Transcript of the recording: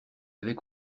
avait